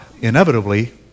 inevitably